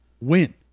win